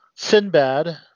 Sinbad